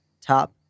top